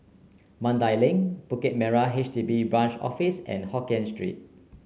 Mandai Link Bukit Merah H D B Branch Office and Hokkien Street